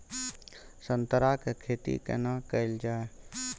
संतरा के खेती केना कैल जाय?